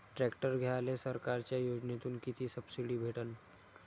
Tractor घ्यायले सरकारच्या योजनेतून किती सबसिडी भेटन?